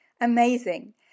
Amazing